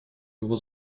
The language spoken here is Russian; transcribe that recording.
его